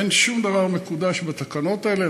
אין שום דבר מקודש בתקנות האלה.